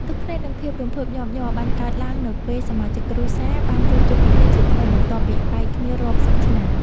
ទឹកភ្នែកនិងភាពរំភើបញាប់ញ័របានកើតឡើងនៅពេលសមាជិកគ្រួសារបានជួបជុំគ្នាជាថ្មីបន្ទាប់ពីបែកគ្នារាប់សិបឆ្នាំ។